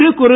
சிறுகுறு